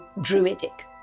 druidic